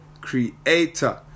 creator